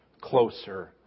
closer